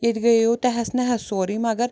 ییٚتہِ گیو تہس نہس سورُے مگر